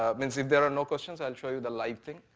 i mean if there are no questions i'll show the live thing.